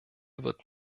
wird